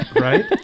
right